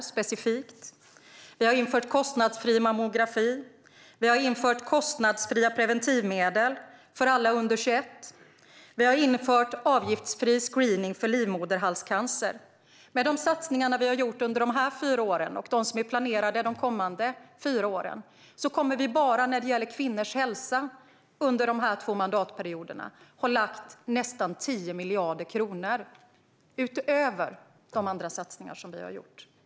Vi har bland annat infört kostnadsfri mammografi, kostnadsfria preventivmedel för alla under 21 år och avgiftsfri screening för livmoderhalscancer. Med de satsningar som vi har gjort under dessas fyra år och som är planerade under de kommande fyra åren kommer vi bara när det gäller kvinnors hälsa under dessa två mandatperioder att ha satsat nästan 10 miljarder kronor utöver övriga satsningar som vi har gjort.